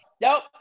Nope